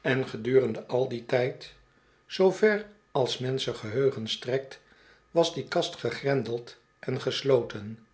en een reiziger die geen handel drijft gedurende al dien tijd zoover als s menschen geheugen strekt was die kast gegrendeld en gesloten